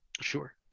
Sure